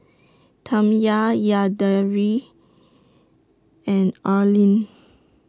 Tamya Yadira and Arlyne